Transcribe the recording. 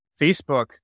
Facebook